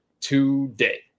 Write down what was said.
today